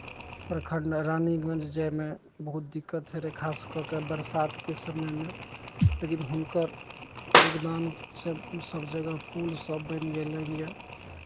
प्रखण्ड रानीगंज जायमे बहुत दिक्कत होइत रहै खास कऽ कऽ बरसातके समयमे लेकिन हुनकर योगदानसँ सभ जगह पुलसभ बनि गेलनि यए